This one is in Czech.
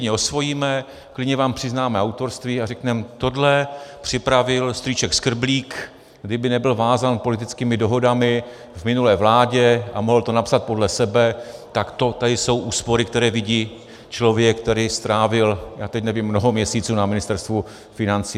My si je klidně osvojíme, klidně vám přiznáme autorství a řekneme: tohle připravil strýček skrblík, kdyby nebyl vázán politickými dohodami v minulé vládě, a mohl to napsat podle sebe, tak tady jsou úspory, které vidí člověk, který strávil, teď nevím, mnoho měsíců na Ministerstvu financí.